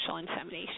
insemination